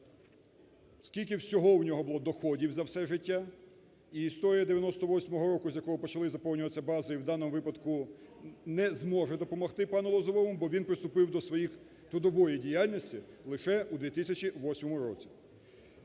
скільки всього у нього було доходів за все життя і історія 98-го року, з якого почали заповнюватися бази і в даному випадку не зможе допомогти пану Лозовому, бо він приступив до своєї трудової діяльності лише у 2008 році.